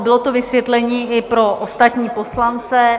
Bylo to vysvětlení i pro ostatní poslance.